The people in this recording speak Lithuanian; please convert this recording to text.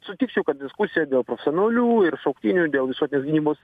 sutikčiau kad diskusija dėl profesionalių ir šauktinių dėl visuotinės gynybos